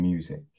Music